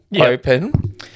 open